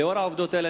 לנוכח העובדות האלה,